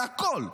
להכול.